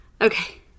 Okay